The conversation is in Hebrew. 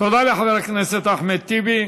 תודה לחבר הכנסת אחמד טיבי.